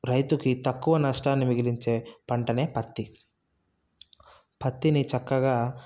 రైతుకి తక్కువ నష్టాన్ని మిగిలించే పంటనే పత్తి పత్తిని చక్కగా